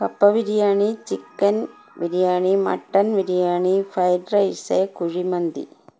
കപ്പ biryani chicken biryani mutton biryani fried റൈസേ കുഴിമന്തി